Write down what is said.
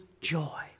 joy